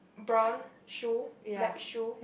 brown shoe black shoe